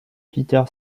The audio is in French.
peter